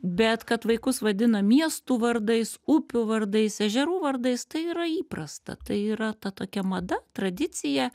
bet kad vaikus vadina miestų vardais upių vardais ežerų vardais tai yra įprasta tai yra ta tokia mada tradicija